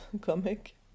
comic